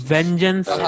Vengeance